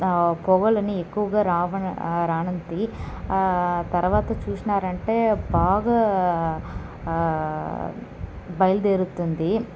పొగలన్ని ఎక్కువుగా రావ రానంది తర్వాత చూసినారంటే బాగా బయలుదేరుతుంది